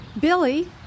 Billy